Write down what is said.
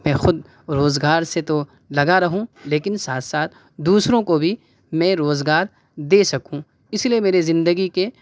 میں خود روزگار سے تو لگا رہوں لیکن ساتھ ساتھ دوسروں کو بھی میں روزگار دے سکوں اسی لئے میری زندگی کے